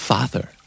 Father